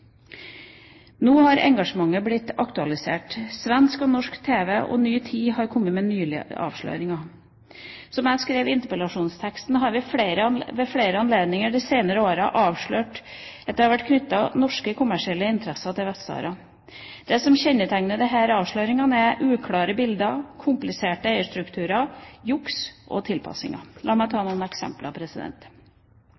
Nå har engasjementet blitt aktualisert. Svensk tv, norsk tv og Ny tid har nylig kommet med avsløringer. Som jeg skrev i interpellasjonsteksten: «Ved flere anledninger de senere årene har vi fått avsløringer knyttet til norske kommersielle interesser i Vest-Sahara.» Det som kjennetegner disse avsløringene, er uklart bilde, kompliserte eierstrukturer, juks og tilpasninger. La meg ta